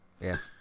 yes